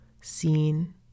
seen